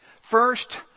First